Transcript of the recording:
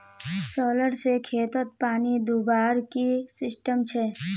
Solar से खेतोत पानी दुबार की सिस्टम छे?